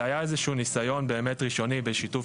זה היה איזשהו ניסיון באמת ראשוני בשיתוף